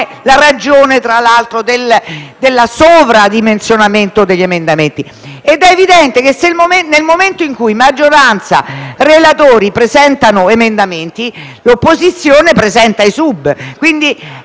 la ragione, tra l'altro, del sovradimensionamento degli emendamenti. È evidente che, nel momento in cui maggioranza e relatori presentano emendamenti, l'opposizione presenta i